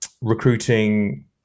recruiting